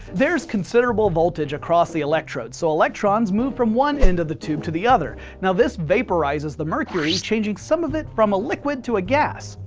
there's considerable voltage across the electrodes, so electrons move from one end of the tube to the other. now this vaporizes the mercury, changing some of it from a liquid to a gas.